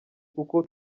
kuko